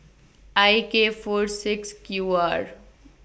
I K four six Q R